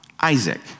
Isaac